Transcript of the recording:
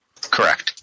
Correct